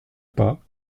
pas